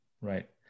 right